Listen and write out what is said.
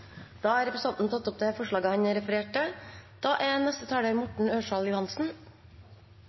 tatt opp det forslaget han refererte til.